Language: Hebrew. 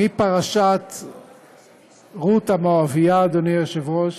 מפרשת רות המואבייה, אדוני היושב-ראש,